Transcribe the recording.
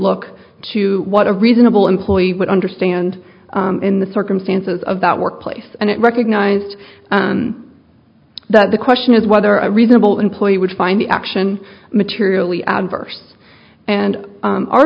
look to what a reasonable employee would understand in the circumstances of that workplace and it recognized that the question is whether a reasonable employer would find the action materially adverse and